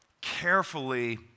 carefully